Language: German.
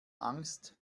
angst